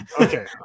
Okay